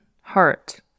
heart